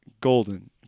Golden